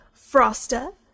Frosta